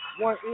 One